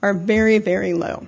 are very very low